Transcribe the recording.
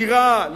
נירה,